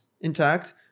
intact